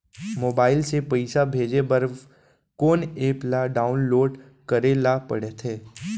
Mobile से पइसा भेजे बर कोन एप ल डाऊनलोड करे ला पड़थे?